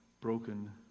broken